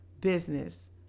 business